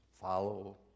follow